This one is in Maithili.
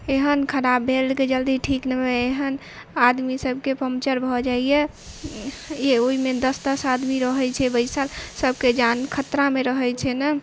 एहन खराब भेल कि जल्दी ठीक नहि भेल एहन आदमी सभके पंचर भऽ जाइए ओहिमे दस दस आदमी रहै छै बैसल सभके जान खतरामे रहै छै ने